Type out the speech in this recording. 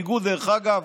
דרך אגב,